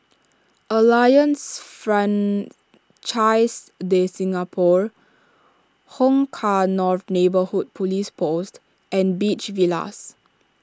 Alliance Francaise De Singapour Hong Kah North Neighbourhood Police Post and Beach Villas